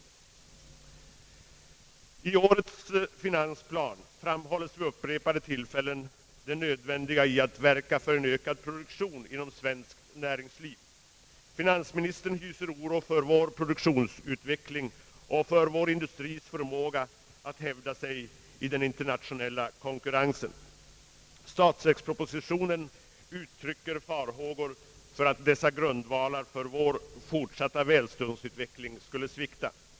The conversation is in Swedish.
repade tillfällen det nödvändiga i att verka för en ökad produktion inom svenskt näringsliv. Finansministern hyser oro för vår produktionsutveckling och för vår industris förmåga att hävda sig i den internationella konkurrensen. I statsverkspropositionen uttryckes farhågor att dessa grundvalar för vår fortsatta välståndsutveckling skulle svikta.